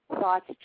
Thoughts